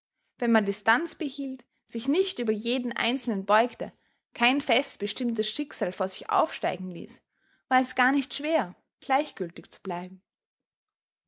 wenn man distanz behielt sich nicht über jeden einzelnen beugte kein fest bestimmtes schicksal vor sich aufsteigen ließ war es gar nicht schwer gleichgültig zu bleiben